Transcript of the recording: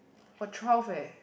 for twelve eh